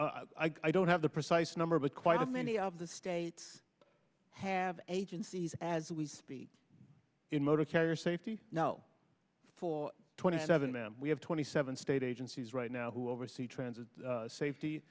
own i don't have the precise number but quite a many of the states have agencies as we speak in motor carrier safety no four twenty seven now we have twenty seven state agencies right now who oversee transit safety